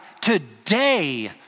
today